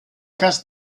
cast